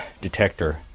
detector